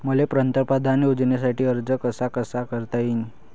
मले पंतप्रधान योजनेसाठी अर्ज कसा कसा करता येईन?